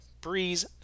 Breeze